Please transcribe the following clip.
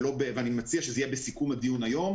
ואני מציע שזה יהיה בסיכום הדיון היום,